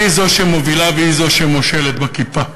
היא זו שמובילה והיא זו שמושלת בכיפה.